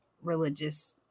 religious